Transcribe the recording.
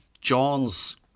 John's